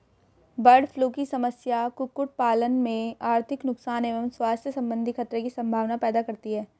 bird flu की समस्या कुक्कुट पालन में आर्थिक नुकसान एवं स्वास्थ्य सम्बन्धी खतरे की सम्भावना पैदा करती है